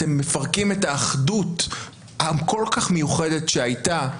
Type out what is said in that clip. אתם מפרקים את האחדות הכול-כך מיוחדת שהייתה,